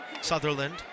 Sutherland